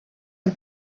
and